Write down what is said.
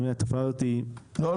אם העירייה תבעה אותי --- לא,